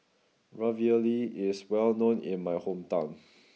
Ravioli is well known in my hometown